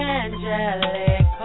angelic